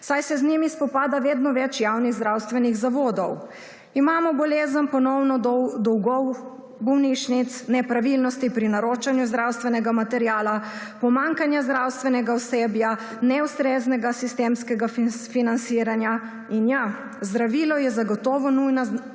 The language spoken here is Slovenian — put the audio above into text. saj se z njimi spopada vedno več javnih zdravstvenih zavodov. Imamo bolezen ponovno dolgov, bolnišnic, nepravilnosti pri naročanju zdravstvenega materiala, pomanjkanja zdravstvenega osebja, neustreznega sistemskega financiranja in ja, zdravilo je zagotovo nujna nova